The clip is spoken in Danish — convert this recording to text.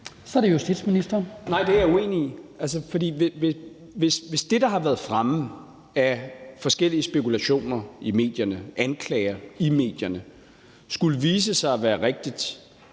(Peter Hummelgaard): Nej, det er jeg uenig i. For hvis det, der har været fremme af forskellige spekulationer i medierne, anklager i medierne, skulle vise sig at være rigtigt,